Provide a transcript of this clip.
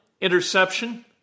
interception